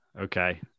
Okay